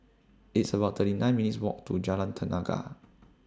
It's about thirty nine minutes' Walk to Jalan Tenaga